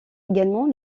également